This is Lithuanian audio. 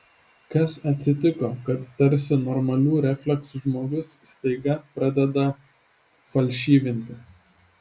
kas atsitiko kad tarsi normalių refleksų žmogus staiga pradeda falšyvinti